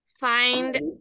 Find